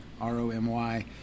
r-o-m-y